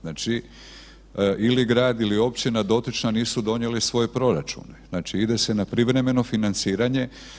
Znači ili grad ili općina dotična nisu donijeli svoj proračun, znači ide se na privremeno financiranje.